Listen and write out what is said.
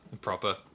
proper